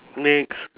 next